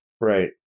Right